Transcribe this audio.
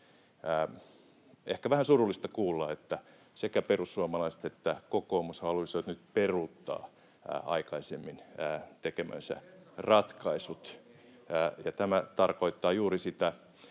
ehkä vähän surullista kuulla, että sekä perussuomalaiset että kokoomus haluisivat nyt peruuttaa aikaisemmin tekemänsä ratkaisut, [Ville Tavio: Oliko se